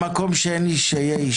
במקום שאין איש היה איש.